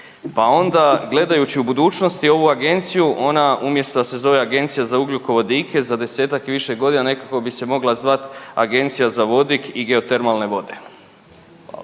pa onda, gledajući u budućnosti ovu Agenciju, ona umjesto da se zove Agencija za ugljikovodike, za desetak i više godina nekako bi se mogla zvat agencija za vodik i geotermalne vode. Hvala.